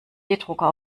drucker